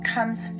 comes